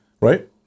right